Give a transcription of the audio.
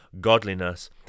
godliness